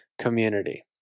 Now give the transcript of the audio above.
community